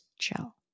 chill